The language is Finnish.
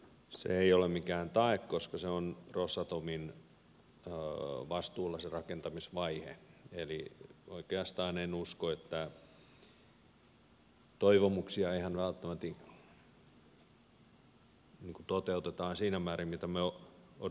se ei ole mikään tae koska rosatomin vastuulla on se rakentamisvaihe eli oikeastaan en usko että toivomuksia ihan välttämäti toteutetaan siinä määrin kuin me odotamme